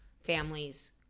Families